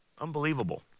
Unbelievable